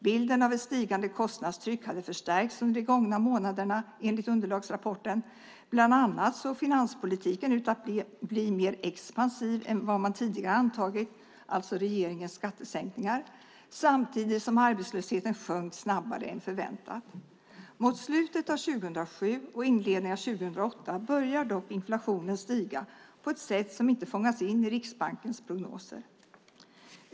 Bilden av ett stigande kostnadstryck hade förstärkts under de gångna månaderna enligt underlagsrapporten. Bland annat såg finanspolitiken ut att bli mer expansiv än vad man tidigare antagit - alltså regeringens skattesänkningar - samtidigt som arbetslösheten sjönk snabbare än förväntat. Mot slutet av 2007 och inledningen av 2008 börjar dock inflationen stiga på ett sätt som inte fångas in i Riksbankens prognoser.